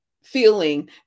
feeling